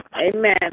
Amen